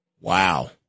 Wow